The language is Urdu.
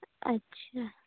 اچھا